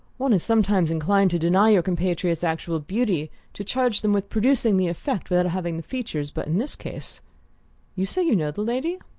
one is sometimes inclined to deny your compatriots actual beauty to charge them with producing the effect without having the features but in this case you say you know the lady?